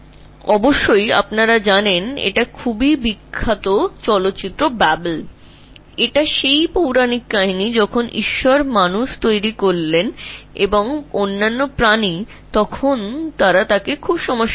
এটি তোমরা নিশ্চয়ই জান এটি চলচ্চিত্র খুব বিখ্যাত চলচ্চিত্র বাবেল এটি পৌরাণিক কাহিনী যখন ঈশ্বর মানুষ এবং বিভিন্ন প্রজাতি তৈরি করেছিলেন এবং বলা হয় তারা ঈশ্বরকে খুব কষ্ট দেবে